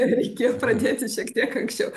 reikėjo pradėti šiek tiek anksčiau